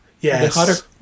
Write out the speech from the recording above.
Yes